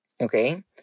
Okay